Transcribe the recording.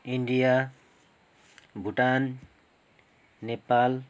India Bhutan Nepal